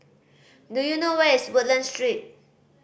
do you know where is Woodlands Street